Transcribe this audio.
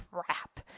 crap